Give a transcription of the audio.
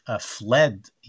fled